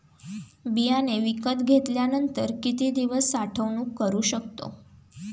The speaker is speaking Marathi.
बियाणे विकत घेतल्यानंतर किती दिवस साठवणूक करू शकतो?